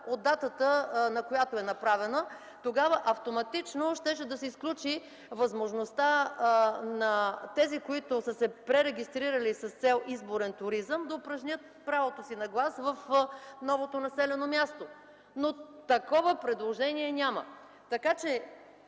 от датата, на която е направена. Тогава автоматично щеше да се изключи възможността тези, които са се пререгистрирали с цел изборен туризъм, да упражнят правото си на глас в новото населено място, но такова предложение няма. Така че